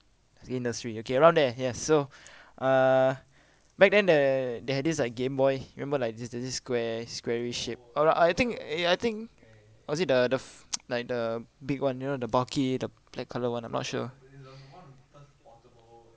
in nursery okay around there ya so uh back then the they had this like Game Boy remember like this this this square squarish shape oh I think eh ya I think or is it the the like the big [one] you know the bulky the black colour [one] I'm not sure